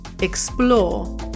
explore